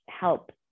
help